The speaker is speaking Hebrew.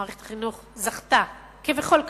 מערכת החינוך זכתה, כבכל קדנציה,